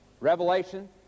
Revelation